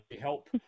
help